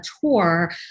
tour